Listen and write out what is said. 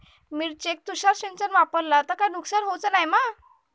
मिरचेक तुषार सिंचन वापरला तर काय नुकसान होऊचा नाय मा?